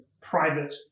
private